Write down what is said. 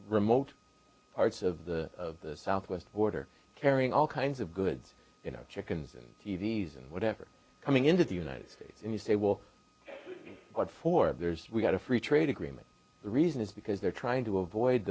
remote parts of the of the southwest border carrying all kinds of goods you know chickens and t v s and whatever coming into the united states and you say well what for there's we got a free trade agreement the reason is because they're trying to avoid